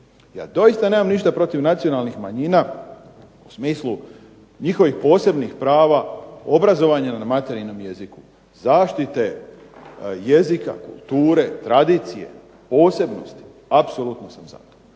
Ja doista nemam ništa protiv nacionalnih manjina u smislu njihovih posebnih prava obrazovanja na materinjem jeziku, zaštite jezika, kulture, tradicije, posebnosti apsolutno sam za to